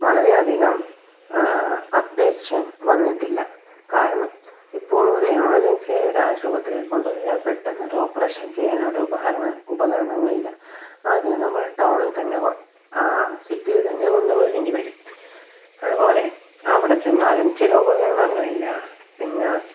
വളരെയധികം അപ്ഡേഷൻ വന്നിട്ടില്ല കാരണം ഇപ്പോൾ ഒരു എമർജൻസി ആയി ഒരു ആശുപത്രിയിൽ കൊണ്ടുപോയാൽ പെട്ടെന്ന് ഒരു ഓപ്പറേഷൻ ചെയ്യാനുള്ള ഉപഹാര ഉപകരണങ്ങളില്ല അതിന് നമ്മൾ ടൗണിൽ തന്നെ സിറ്റിയിൽ തന്നെ കൊണ്ടുപോകേണ്ടി വരും അതുപോലെ അവിടെ ചെന്നാലും ചില ഉപകരണങ്ങളില്ല പിന്നെ